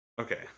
okay